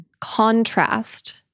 contrast